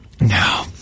No